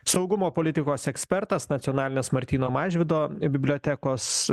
saugumo politikos ekspertas nacionalinės martyno mažvydo bibliotekos